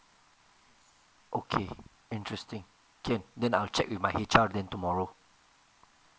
okay interesting can then I'll check with my H_R then tomorrow